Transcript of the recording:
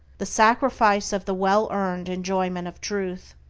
the sacrifice of the well-earned enjoyment of truth.